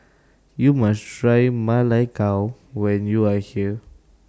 YOU must Try Ma Lai Gao when YOU Are here